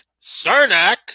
Cernak